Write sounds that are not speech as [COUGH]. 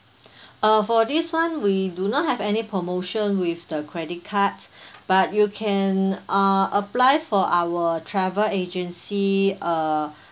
[BREATH] uh for this one we do not have any promotion with the credit cards [BREATH] but you can uh apply for our travel agency uh